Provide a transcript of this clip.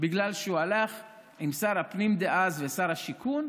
בגלל שהוא הלך עם שר הפנים דאז ושר השיכון,